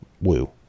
Woo